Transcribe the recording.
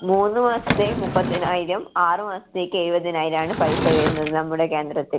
മൂന്ന് മാസത്തെ മുപ്പതിനായിരം ആറ് മാസത്തേക്ക് എഴുപതിനായിരം ആണ് പൈസ വരുന്നത് നമ്മുടെ കേന്ദ്രത്തിൽ